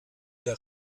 der